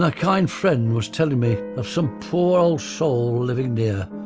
ah kind friend was telling me of some poor old soul living near,